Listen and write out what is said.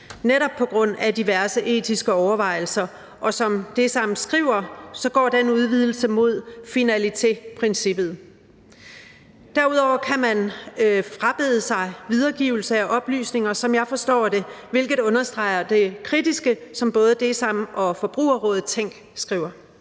på grund af diverse etiske overvejelser, og som DSAM skriver, går den udvidelse mod finalitéprincippet. Derudover kan man frabede sig videregivelse af oplysninger, som jeg forstår det, hvilket understreger det kritiske, som både DSAM og Forbrugerrådet Tænk skriver.